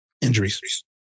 injuries